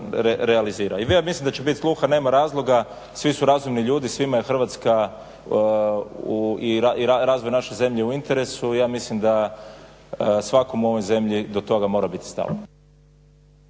I mislim da će biti sluha, nema razloga, svi su razumni ljudi, svima je Hrvatska i razvoj naše zemlje u interesu. Ja mislim da svakom u ovoj zemlji do toga mora biti stalno.